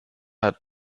hat